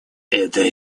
эта